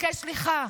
ותבקש סליחה.